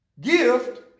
gift